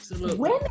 women